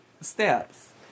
steps